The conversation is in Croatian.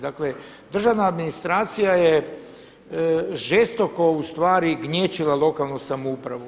Dakle, državna administracija je žestoko ustvari gnječila lokalnu samoupravu.